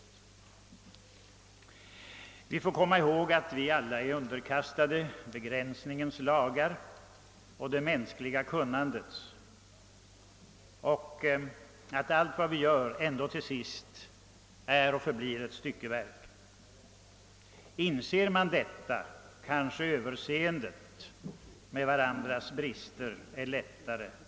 Vi får naturligtvis komma ihåg att vi alla är underkastade begränsningens lagar och det mänskliga kunnandets och att allt vad vi gör till sist ändå bara är och förblir ett styckeverk. Inser man detta har vi kanske lättare att överse med varandras brister.